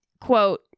quote